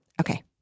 Okay